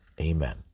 Amen